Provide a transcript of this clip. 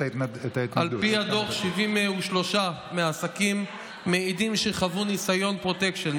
73 מהעסקים מעידים שחוו ניסיון פרוטקשן.